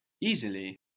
Easily